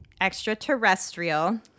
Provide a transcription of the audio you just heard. Extraterrestrial